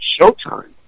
Showtime